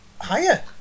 higher